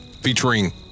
featuring